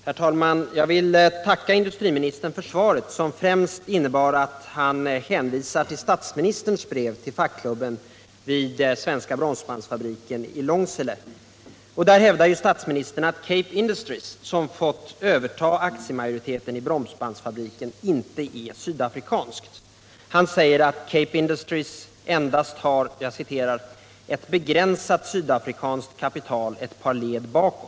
Herr talman! Jag vill tacka industriministern för svaret, som främst innebär att han hänvisar till statsministerns brev till fackklubben vid Svenska Bromsbandsfabriken i Långsele. I det brevet hävdar statsministern att Cape Industries, som fått överta aktiemajoriteten i Bromsbandsfabriken, inte är sydafrikanskt. Han säger att Cape Industries endast har ”ett begränsat sydafrikanskt kapital ett par led bakåt”.